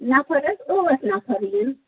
نفر حظ ٲٹھ نفر یِن